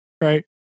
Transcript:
Right